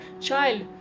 child